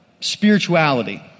spirituality